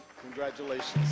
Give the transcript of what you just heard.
Congratulations